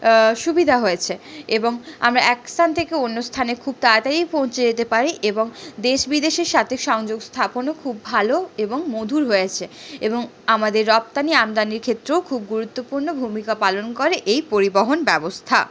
সুবিধা হয়েছে এবং আমরা এক স্থান থেকে অন্য স্থানে খুব তাড়াতাড়ি পৌঁছে যেতে পারি এবং দেশ বিদেশের সাথে সংযোগ স্থাপনও খুব ভালো এবং মধুর হয়েছে এবং আমাদের রপ্তানি আমদানির ক্ষেত্রেও খুব গুরুত্বপূর্ণ ভূমিকা পালন করে এই পরিবহন ব্যবস্থা